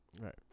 Right